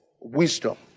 wisdom